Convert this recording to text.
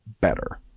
better